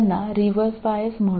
ഇത് reverse bias ആണ്